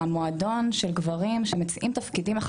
המועדון של גברים שמציעים תפקידים אחד